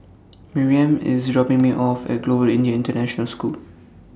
Miriam IS dropping Me off At Global Indian International School